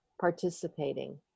participating